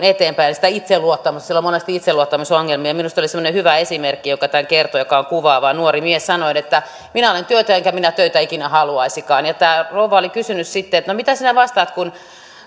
eteenpäin sitä itseluottamusta siellä on monesti itseluottamusongelmia minusta oli semmoinen hyvä esimerkki joka tämän kertoi ja joka on kuvaava nuori mies sanoi että minä olen työtön enkä minä töitä ikinä haluaisikaan tämä rouva oli kysynyt sitten että no mitä sinä vastaat kun